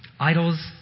Idols